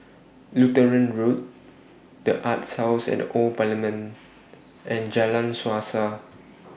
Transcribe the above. Lutheran Road The Arts House At The Old Parliament and Jalan Suasa